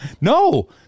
No